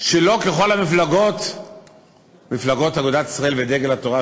שלא ככל המפלגות מפלגות אגודת ישראל ודגל התורה,